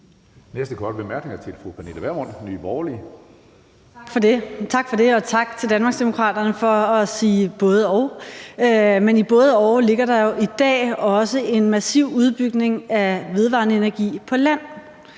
Næste korte bemærkning er til fru Pernille Vermund, Nye Borgerlige. Kl. 11:45 Pernille Vermund (NB): Tak for det, og tak til Danmarksdemokraterne for at sige både-og. Men i både-og ligger der jo i dag også en massiv udbygning af vedvarende energi på land,